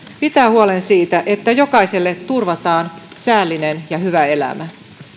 pitää huolen siitä että jokaiselle turvataan säällinen ja hyvä elämä